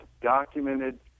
documented